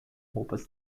roupas